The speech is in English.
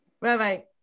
Bye-bye